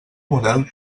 model